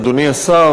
אדוני השר,